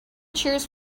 cheers